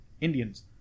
Indians